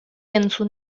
entzun